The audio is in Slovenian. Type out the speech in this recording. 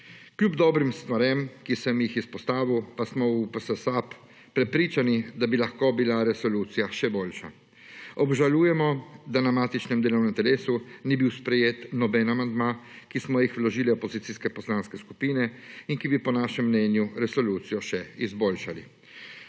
Kljub dobrim stvarem, ki sem jih izpostavil, pa smo v PS SAB prepričani, da bi lahko bila resolucija še boljša. Obžalujemo, da na matičnem delovnem telesu ni bil sprejet noben amandma, ki smo jih vložile opozicijske poslanske skupine in ki bi, po našem mnenju, resolucijo še izboljšali.